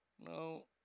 No